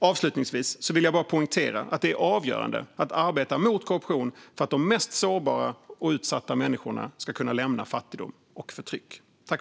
Avslutningsvis vill jag poängtera att det är avgörande att arbeta mot korruption för att de mest sårbara och utsatta människorna ska kunna lämna fattigdom och förtryck.